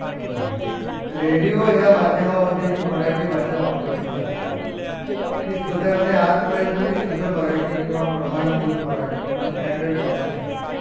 र रेडिओ ह्या माध्यमामध्ये जी मराठी भाषा वापरली जाते ती सुद्यावने आजपर्यंतरी शुद्ध मराठी किंवा प्रमाणभूत मराठी किंवा स्टँडर्ड मराठी असते